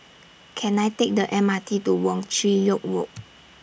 Can I Take The M R T to Wong Chin Yoke Road